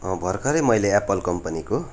भर्खरै मैले एप्पल कम्पनीको